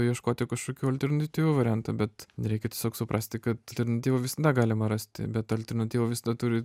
ieškoti kažkokių alternatyvių variantų bet reikia tiesiog suprasti kad alternatyvą visada galima rasti bet alternatyva visada turi